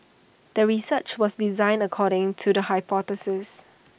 the research was designed according to the hypothesis